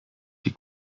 die